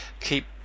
keep